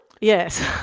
Yes